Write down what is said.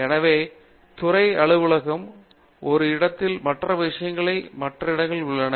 எனவே துறை அலுவலகம் ஒரு இடத்திலும் மற்ற விஷயங்கள் மற்ற இடங்களில் உள்ளன